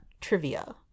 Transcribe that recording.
trivia